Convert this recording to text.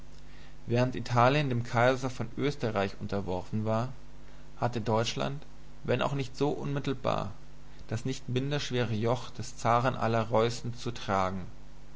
während italien dem kaiser von österreich unterworfen war hatte deutschland wenn auch nicht so unmittelbar das nicht minderschwere joch des zaren aller reußen zu tragen